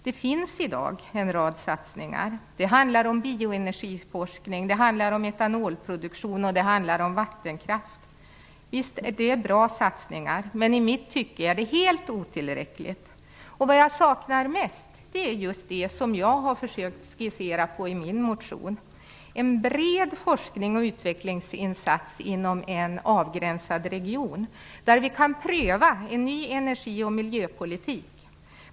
Det sker i dag en rad satsningar. Det gäller bioenergiforskning, etanolproduktion och vattenkraft. Det är bra satsningar, men i mitt tycke är det helt otillräckligt. Vad jag saknar mest är just det som jag har försökt skissera i min motion, nämligen en bred forsknings och utvecklingsinsats inom en avgränsad region där vi kan pröva en ny energi och miljöpolitik.